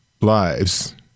lives